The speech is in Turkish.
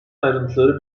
ayrıntıları